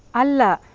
ಅಲ್ಲ